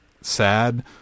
sad